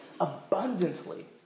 abundantly